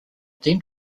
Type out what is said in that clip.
then